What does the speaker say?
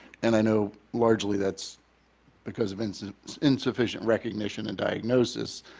and i know largely that's because of and so insufficient recognition and diagnosis.